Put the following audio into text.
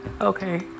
okay